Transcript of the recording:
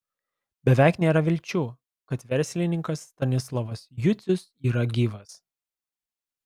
beveik nėra vilčių kad verslininkas stanislovas jucius yra gyvas